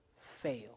fail